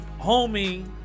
homie